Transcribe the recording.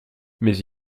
mais